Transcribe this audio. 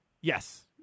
Yes